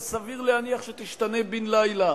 שסביר להניח שתשתנה בן-לילה,